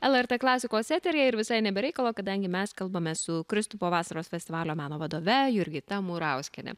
lrt klasikos eteryje ir visai ne be reikalo kadangi mes kalbamės su kristupo vasaros festivalio meno vadove jurgita murauskiene